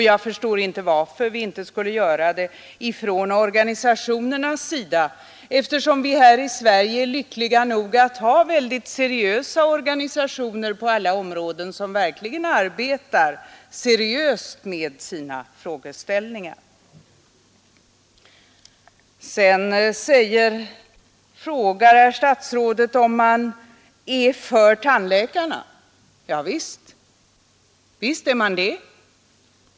Jag förstår inte varför vi inte skulle göra det från organisationernas sida, eftersom vi här i Sverige är lyckliga nog att ha organisationer på alla områden, som verkligen arbetar mycket seriöst med sina frågeställningar. Sedan frågar herr statsrådet om man är för tandläkarna. Ja, visst är man det.